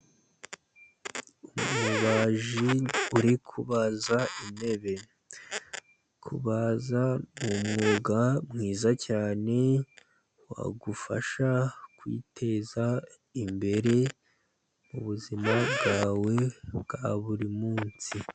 Umubaji uri kubaza intebe. Kubaza ni umwuga mwiza cyane wagufasha kwiteza imbere mu buzima bwawe bwa buri munsi.